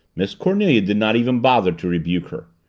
miss cornelia did not even bother to rebuke her.